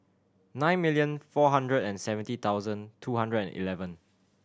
nine million four hundred and seventy thousand two hundred and eleven